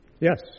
Yes